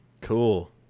Cool